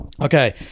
okay